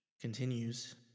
continues